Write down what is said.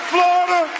Florida